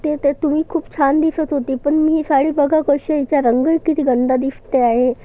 ते त्यात तुमी खूप छान दिसत होती पण मी ही साडी बघा कसे हिचा रंगही किती गंदा दिसते आहे